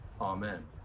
Amen